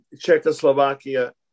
Czechoslovakia